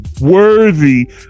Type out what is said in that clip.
worthy